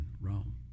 Rome